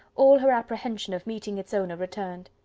all her apprehension of meeting its owner returned.